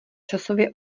časově